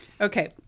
Okay